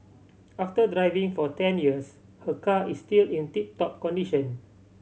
after driving for ten years her car is still in tip top condition